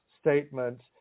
statements